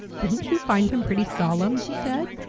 didn't you find him pretty solemn? he said.